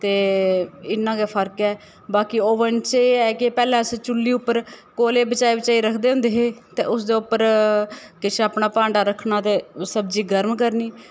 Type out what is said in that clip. ते इ'न्ना गै फर्क ऐ बाकी ओवन च एह् ऐ कि पैह्ले अस चुल्ली उप्पर कोले बचाई बचाई रखदे होंदे हे ते उसदे उप्पर किश अपना भांडा रक्खना ते सब्ज़ी गर्म करनी